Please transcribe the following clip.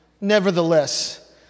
Nevertheless